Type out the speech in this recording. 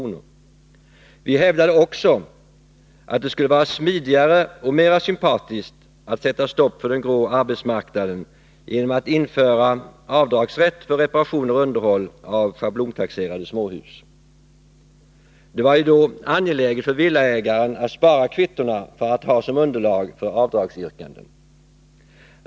Vi hävdade också att det skulle vara smidigare och mera sympatiskt att sätta stopp för den grå arbetsmarknaden genom att införa avdragsrätt för reparationer och underhåll av schablontaxerade småhus. Då blev det ju angeläget för villaägaren att spara kvittona för att ha dem som underlag för avdragsyrkanden.